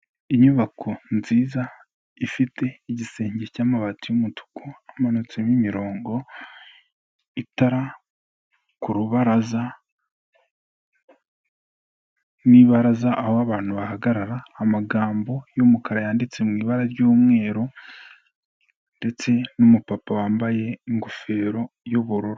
Inyubako nziza ifite igisenge cy'amabati y'umutuku hamanutsemo imirongo, itara ku rubaraza n'ibaraza aho abantu bahagarara, amagambo y'umukara yanditse mu ibara ry'umweru ndetse n'umupapa wambaye ingofero y'ubururu.